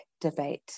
debate